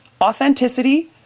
authenticity